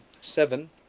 seven